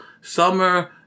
summer